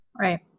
Right